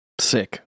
Sick